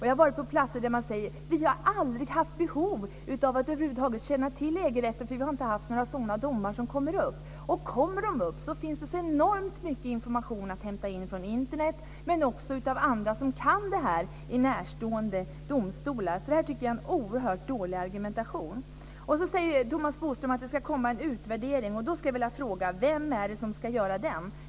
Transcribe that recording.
Jag har varit på platser där man säger: Vi har aldrig haft behov av att över huvud taget känna till EG-rätten, för det har inte kommit upp några sådana domar. Kommer de upp finns det så enormt mycket information att hämta in från Internet, men också från andra i närstående domstolar som kan det här. Det här tycker jag är en oerhört dålig argumentation. Vidare säger Thomas Bodström att det ska komma en utvärdering. Då skulle jag vilja fråga: Vem är det som ska göra den?